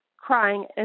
crying